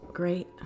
Great